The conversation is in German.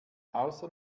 außer